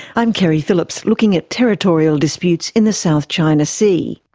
i'm keri phillips, looking at territorial disputes in the south china sea.